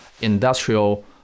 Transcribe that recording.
industrial